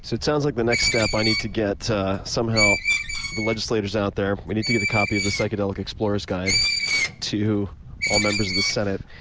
so it sounds like the next step i need to get somehow the legislators out there. we need to get a copy of the psychedelic explorer's guide to all members of the senate.